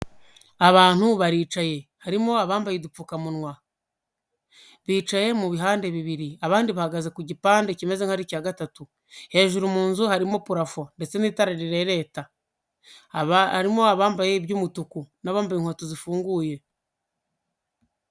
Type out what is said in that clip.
Abantu baricaye, harimo abambaye udupfukamunwa, bicaye mu bihande bibiri abandi bahagaze ku gipande kimeze nk'aho ari icya gatatu, hejuru mu nzu harimo purafo ndetse n'itara rirereta, harimo abambaye iby'umutuku n'abambaye inkweto zifunguye.